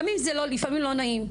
גם אם זה לפעמים לא נעים.